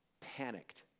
panicked